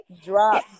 drop